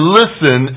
listen